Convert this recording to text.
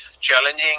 challenging